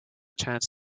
chance